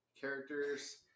characters